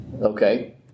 Okay